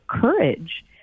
courage